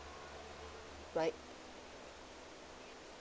right